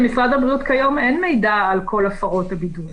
למשרד הבריאות כיום אין מידע על כל הפרות הבידוד.